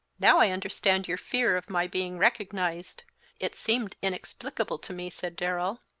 now i understand your fear of my being recognized it seemed inexplicable to me, said darrell.